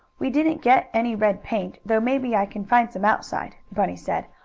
we didn't get any red paint, though maybe i can find some outside, bunny said.